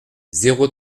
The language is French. zéro